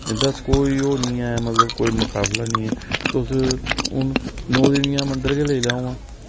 ते कोई ओह् निं ऐ मतलब कोई मुकाबला निं ऐ कोई तुस हून नौ देवियां दा मंदर गै लेई लैओ हां